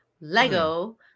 Lego